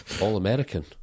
all-American